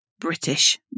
British